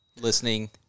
listening